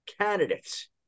candidates